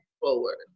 forward